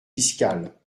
fiscale